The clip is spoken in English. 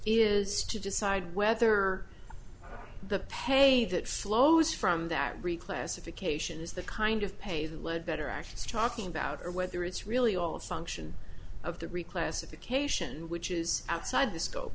is to decide whether the pay that slows from that reclassification is the kind of pay the lead that are actually talking about or whether it's really all a function of the reclassification which is outside the scope